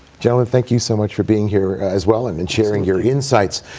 gentlemen, thank you so much for being here as well and and sharing your insights.